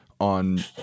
on